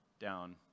down